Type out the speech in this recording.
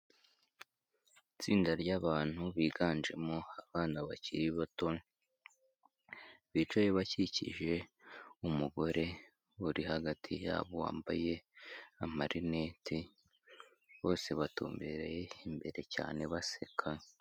Itsinda ry'abantu biganjemo abana bakiri bato, bicaye bakikije umugore uri hagati yabo wambaye amarineti, bose batumbereye imbere cyane baseka.